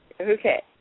Okay